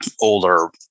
older